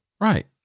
Right